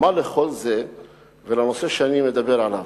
מה לכל זה ולנושא שאני מדבר עליו?